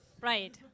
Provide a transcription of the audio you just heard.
right